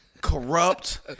Corrupt